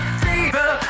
fever